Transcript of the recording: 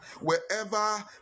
Wherever